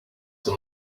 them